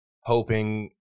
hoping